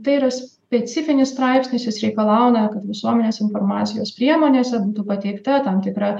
tai yra specifinis straipsnis jis reikalauja kad visuomenės informacijos priemonėse būtų pateikta tam tikra